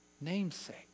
namesake